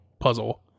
puzzle